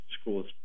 schools